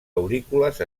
aurícules